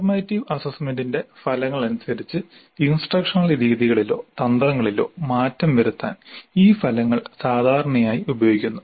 formative അസസ്മെന്റിന്റെ ഫലങ്ങൾ അനുസരിച്ച് ഇൻസ്ട്രക്ഷനൽ രീതികളിലോ തന്ത്രങ്ങളിലോ മാറ്റം വരുത്താൻ ഈ ഫലങ്ങൾ സാധാരണയായി ഉപയോഗിക്കുന്നു